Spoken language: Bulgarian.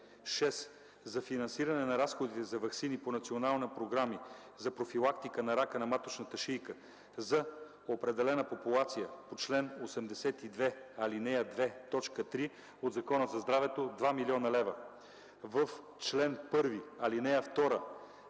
6. За финансиране на разходите за ваксини по национални програми за профилактика на рак на маточната шийка за определена популация по чл. 82, ал. 2, т. 3 от Закона за здравето – 2 млн. лв.” В чл. 1, ал. 2